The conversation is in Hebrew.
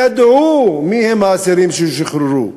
ידעו מי הם האסירים שישוחררו,